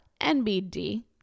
nbd